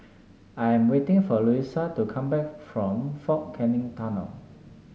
I am waiting for Louisa to come back from Fort Canning Tunnel